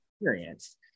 experience